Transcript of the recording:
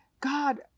God